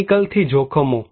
કેમિકલથી જોખમો